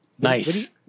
Nice